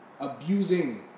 abusing